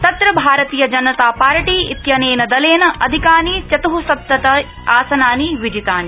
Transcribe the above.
तत्र भारतीय जनता पार्टी इत्यनेन दलेन अधिकानि चत्सप्तति आसनानि विजितानि